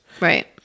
right